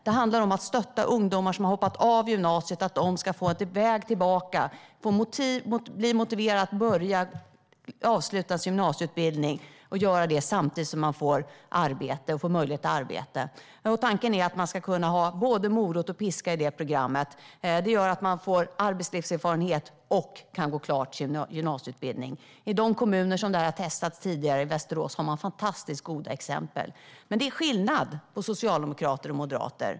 Det handlar om att stötta ungdomar som har hoppat av gymnasiet så att de ska få en väg tillbaka och bli motiverade att avsluta sin gymnasieutbildning, samtidigt som de får möjlighet till arbete. Tanken är att man ska ha både morot och piska i programmet. Det gör att ungdomarna får arbetslivserfarenhet och kan gå klart sin gymnasieutbildning. I de kommuner där detta har testats tidigare, som Västerås, har man fantastiskt goda exempel. Det är skillnad på socialdemokrater och moderater.